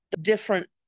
different